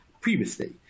previously